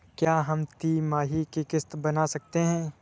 क्या हम तिमाही की किस्त बना सकते हैं?